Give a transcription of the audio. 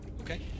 okay